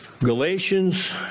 Galatians